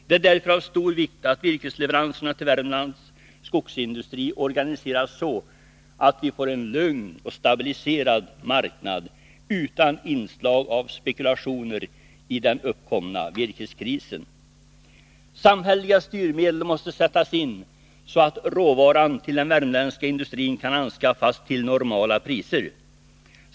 Det är därför av stor vikt att virkesleveranserna till Värmlands skogsindustri organiseras så, att vi får en lugn och stabiliserad marknad utan inslag av spekulationer i den uppkomna virkeskrisen. Samhälleliga styrmedel måste sättas in, så att råvaran till den värmländska industrin kan anskaffas till normala priser.